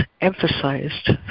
emphasized